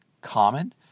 common